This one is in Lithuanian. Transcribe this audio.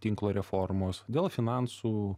tinklo reformos dėl finansų